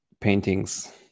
paintings